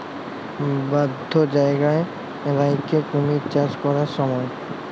বধ্য জায়গায় রাখ্যে কুমির চাষ ক্যরার স্যময়